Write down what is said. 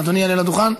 אדוני יעלה לדוכן,